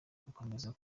gukomera